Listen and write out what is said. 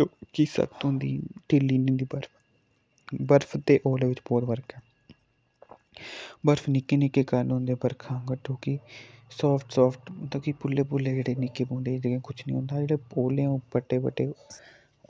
जो कि सख्त होंदी ढिल्ली निं होंदी बर्फ बर्फ ते ओले विच बोह्त फर्क ऐ बर्फ निक्के निक्के कण होंदे बरखा साफट साफट मतलब कि पुल्ले पुल्ले जेह्ड़े निक्के पौंदे एह्दे नै कुछ निं होंदा जेह्ड़े ओले होन बड्डे बड्डे